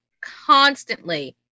constantly